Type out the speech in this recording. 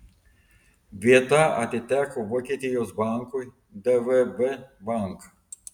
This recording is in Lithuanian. vieta atiteko vokietijos bankui dvb bank